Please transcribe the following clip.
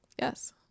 Yes